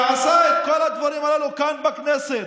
שעשה את כל הדברים האלה כאן, בכנסת,